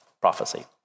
prophecy